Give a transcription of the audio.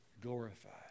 glorified